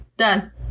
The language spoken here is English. done